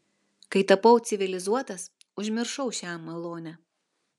kai tapau civilizuotas užmiršau šią malonę